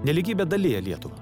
nelygybė dalija lietuvą